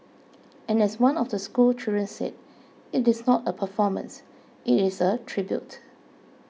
and as one of the schoolchildren said it is not a performance it is a tribute